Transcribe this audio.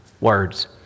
words